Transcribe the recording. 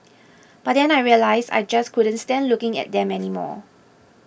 but then I realised I just couldn't stand looking at them anymore